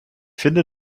finde